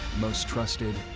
most trusted,